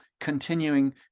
continuing